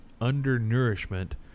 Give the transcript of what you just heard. undernourishment